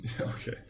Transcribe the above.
Okay